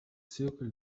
zirkel